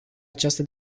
această